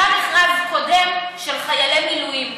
היה מכרז קודם של חיילי מילואים,